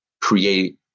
create